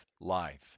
life